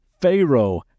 Pharaoh